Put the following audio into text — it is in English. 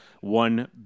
one